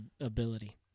ability